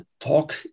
talk